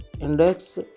Index